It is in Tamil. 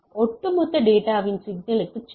ஒட்டுமொத்த டேட்டாவின் சிக்கலுக்கு செல்வோம்